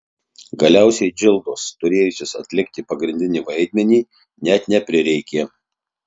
galiausiai džildos turėjusios atlikti pagrindinį vaidmenį net neprireikė